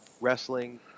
wrestling